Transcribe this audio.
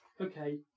okay